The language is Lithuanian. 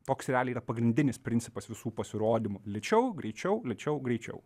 toks realiai yra pagrindinis principas visų pasirodymų lėčiau greičiau lėčiau greičiau